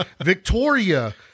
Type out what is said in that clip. Victoria